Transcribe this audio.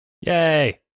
Yay